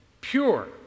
pure